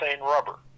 rubber